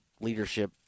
leadership